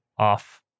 off